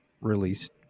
released